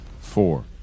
four